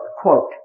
quote